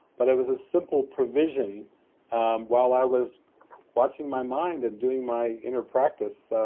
but it was a simple provision while i was watching my mind and doing my inner practice,